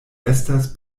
estas